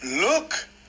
Look